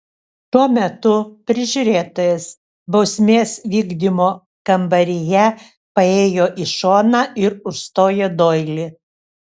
tuo metu prižiūrėtojas bausmės vykdymo kambaryje paėjo į šoną ir užstojo doilį